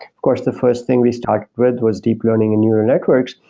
of course, the first thing we started with was deep learning in neural networks,